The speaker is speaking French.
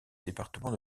département